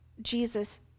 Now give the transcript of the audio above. Jesus